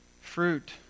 Fruit